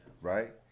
right